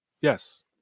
yes